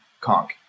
Conk